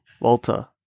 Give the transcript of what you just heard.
Walter